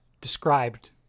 described